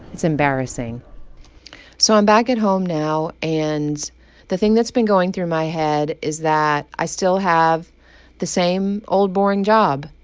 it's embarrassing so i'm back at home now. and the thing that's been going through my head is that i still have the same old boring job,